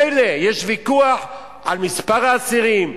מילא יש ויכוח על מספר האסירים,